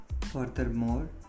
furthermore